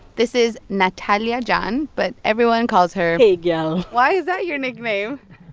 this is natalia john, but everyone calls her. hey gal why is that your nickname?